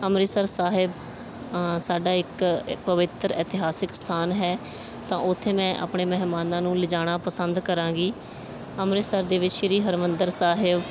ਅੰਮ੍ਰਿਤਸਰ ਸਾਹਿਬ ਸਾਡਾ ਇੱਕ ਪਵਿੱਤਰ ਇਤਿਹਾਸਿਕ ਸਥਾਨ ਹੈ ਤਾਂ ਉੱਥੇ ਮੈਂ ਆਪਣੇ ਮਹਿਮਾਨਾਂ ਨੂੰ ਲਿਜਾਣਾ ਪਸੰਦ ਕਰਾਂਗੀ ਅੰਮ੍ਰਿਤਸਰ ਦੇ ਵਿੱਚ ਸ਼੍ਰੀ ਹਰਿਮੰਦਰ ਸਾਹਿਬ